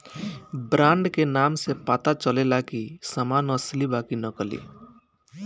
brand के नाम से पता चलेला की सामान असली बा कि नकली